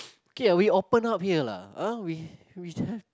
okay we open up here lah ah we we have